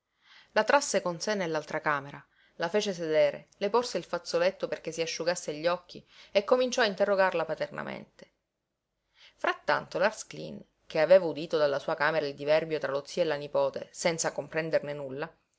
la trasse con sé nell'altra camera la fece sedere le porse il fazzoletto perché si asciugasse gli occhi e cominciò a interrogarla paternamente frattanto lars cleen che aveva udito dalla sua camera il diverbio tra lo zio e la nipote senza comprenderne nulla